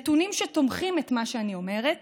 נתונים שתומכים במה שאני אומרת